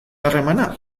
harremana